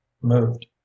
moved